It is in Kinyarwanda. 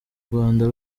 rwanda